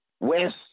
west